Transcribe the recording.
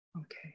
Okay